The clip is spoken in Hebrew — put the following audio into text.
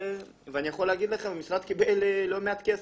אני יכול להגיד לכם שהמשרד קיבל לא מעט כסף,